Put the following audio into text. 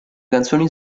canzoni